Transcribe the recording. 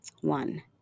One